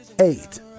Eight